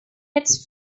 its